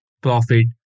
profit